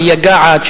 המייגעת,